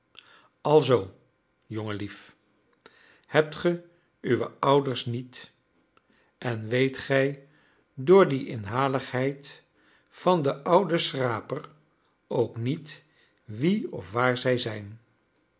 alzoo jongenlief hebt ge uwe ouders niet en weet gij door die inhaligheid van den ouden schraper ook niet wie of waar zij zijn